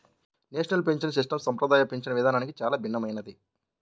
national pension system సంప్రదాయ పింఛను విధానానికి చాలా భిన్నమైనది